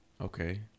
Okay